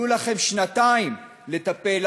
היו לכם שנתיים לטפל,